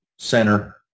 center